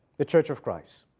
the church of christ,